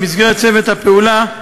במסגרת צוות הפעולה,